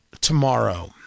tomorrow